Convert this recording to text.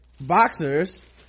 boxers